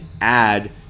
add